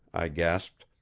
i gasped,